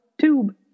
tube